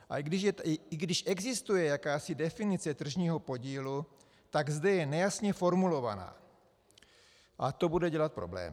A i když existuje jakási definice tržního podílu, tak zde je nejasně formulovaná a to bude dělat problémy.